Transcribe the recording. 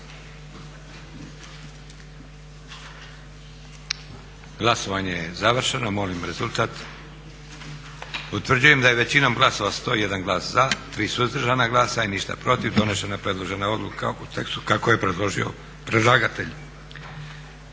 Glasovanje je završeno. Molim rezultat. Utvrđujem da je većinom glasova, 101 glas za, 3 suzdržana glasa i ništa protiv donesena predložena odluka u tekstu kako je predložio predlagatelj.